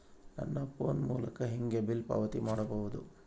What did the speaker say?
ನನ್ನ ಫೋನ್ ಮೂಲಕ ಹೇಗೆ ಬಿಲ್ ಪಾವತಿ ಮಾಡಬಹುದು?